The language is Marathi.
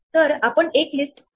तर अशाप्रकारे तुम्ही हे वाढवा